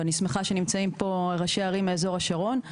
ואני שמחה שנמצאים פה ראשי ערים מאזור השרון,